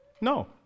No